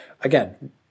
again